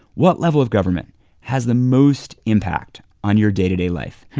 what level of government has the most impact on your day-to-day life?